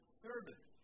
servant